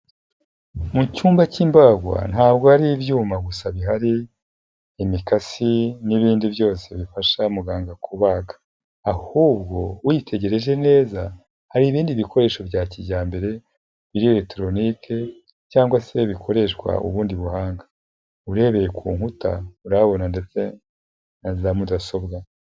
Mu cyumba cy'imbagwa ntabwo ari ibyuma gusa bihari, imikasi n'ibindi byose bifasha muganga kubaga, ahubwo witegereje neza hari ibindi bikoresho bya kijyambere biri eregitoronike cyangwa se bikoreshwa ubundi buhanga. urebeye ku nkuta urahabona ndetse na za mudasobwa.